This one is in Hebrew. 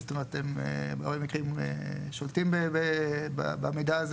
זאת אומרת ברוב המקרים הם שולטים במידע הזה